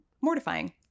mortifying